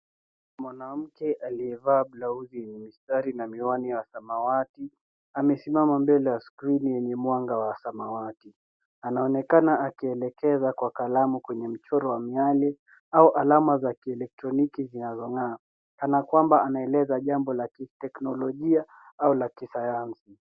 Mwanamke aliyevaa blausi yenye mistari na miwani ya samawati amesimama mbele ya skrini yenye mwanga wa samawati anaonekana akielekeza kwa kalamu kwenye mchoro wa miale au alama za kielekroniki zinazongaa kana kwamba anaeleza jambo la kiteknolojia au kisayansi.